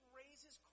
raises